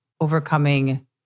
overcoming